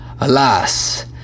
Alas